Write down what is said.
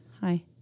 Hi